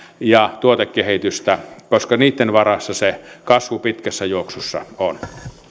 ja tuotekehitystä koska niitten varassa se kasvu pitkässä juoksussa on